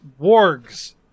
wargs